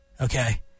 okay